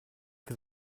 for